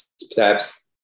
steps